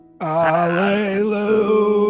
Hallelujah